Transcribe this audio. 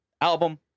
album